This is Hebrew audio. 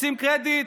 רוצים קרדיט,